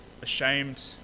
ashamed